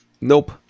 Nope